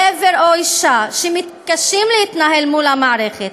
גבר או אישה שמתקשים להתנהל מול המערכת,